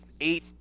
eight